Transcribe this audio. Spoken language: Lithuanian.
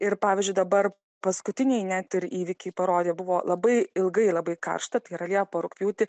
ir pavyzdžiui dabar paskutiniai net ir įvykiai parodė buvo labai ilgai labai karšta tai yra liepą rugpjūtį